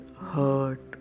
hurt